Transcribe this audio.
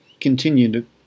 continued